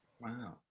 Wow